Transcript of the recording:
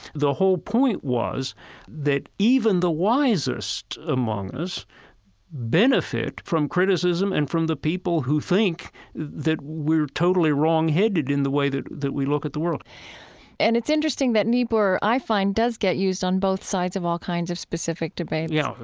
the whole point was that even the wisest among us benefit from criticism and from the people who think that we're totally wrong-headed in the way that that we look at the world and it's interesting that niebuhr, i find, does get used on both sides of all kinds of specific debates yeah,